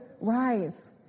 rise